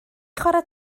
chwarae